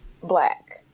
Black